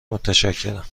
متشکرم